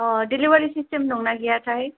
अ delivery system दंना गैयाथाय